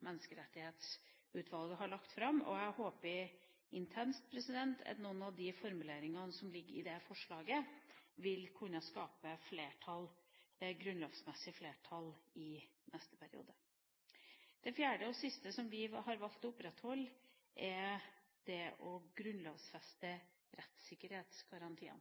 Menneskerettighetsutvalget har lagt fram, og jeg håper intenst at noen av de formuleringene som ligger i det forslaget, vil kunne skape et grunnlovsmessig flertall i neste periode. Det fjerde, og siste, forslaget som vi har valgt å opprettholde, gjelder det å grunnlovfeste rettssikkerhetsgarantiene.